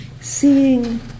seeing